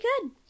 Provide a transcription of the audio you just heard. good